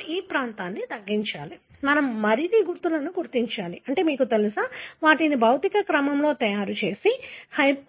మనము ఈ ప్రాంతాన్ని తగ్గించాలి మనము మరిన్ని గుర్తులను గుర్తించాలి మీకు తెలుసా వాటిని భౌతిక క్రమంలో తయారు చేసి